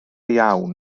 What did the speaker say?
iawn